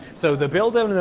so the builder.